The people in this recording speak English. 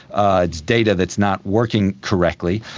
ah it's data that's not working correctly.